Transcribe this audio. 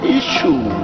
issue